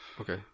Okay